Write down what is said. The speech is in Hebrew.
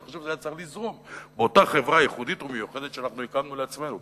אני חושב שזה היה צריך לזרום באותה חברה ייחודית ומיוחדת שהקמנו לעצמנו,